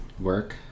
work